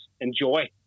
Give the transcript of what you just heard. Enjoy